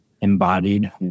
embodied